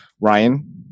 Ryan